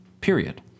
period